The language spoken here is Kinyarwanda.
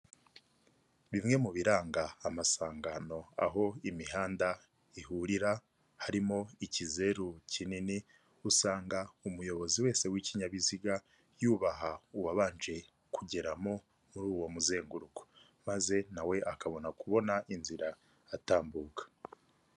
Bimwe mu biranga amasangano aho imihanda ihurira harimo ikizeru kinini usanga umuyobozi wese w'ikinyabiziga yubaha uwabanje kugeramo muri uwo muzenguruko maze nawe akabona kubona inzira atambuka.